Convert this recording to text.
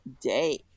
day